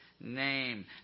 name